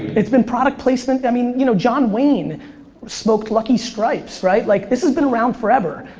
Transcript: it's been product placement. i mean you know john wayne smoked lucky strikes, right? like this has been around forever.